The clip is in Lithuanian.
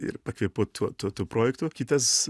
ir pakvėpuot tuo tuo tuo projektu kitas